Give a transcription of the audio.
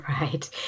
Right